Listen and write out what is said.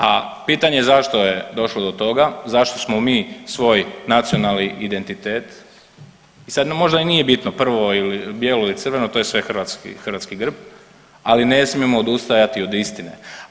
A pitanje zašto je došlo do toga, zašto smo mi svoj nacionalni identitet i sad nam možda i nije bitno prvo il bijelo i crveno to je sve hrvatski, hrvatski grb ali ne smijemo odustajati od istine.